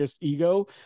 ego